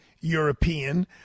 European